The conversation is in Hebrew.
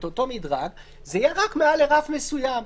אותו מדרג יהיה רק מעל רף מסוים,